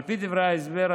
על פי דברי ההסבר,